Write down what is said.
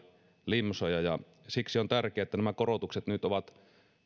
limsoja ja siksi on tärkeää että nämä korotukset nyt ovat